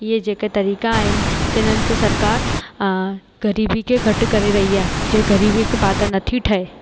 इहे जेके तरीक़ा आहिनि तिन्हनि सां सरकारु ग़रीबीअ खे घटि करे रही आहे जंहिं ग़रीबी हिकु ॿाधा नथी ठहे